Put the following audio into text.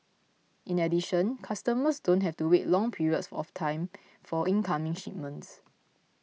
in addition customers don't have to wait long periods of time for incoming shipments